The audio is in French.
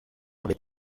avec